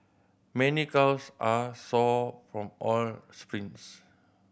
many calves are sore from all sprints